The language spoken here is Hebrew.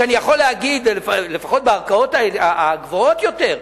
לפחות בערכאות הגבוהות יותר,